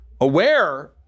aware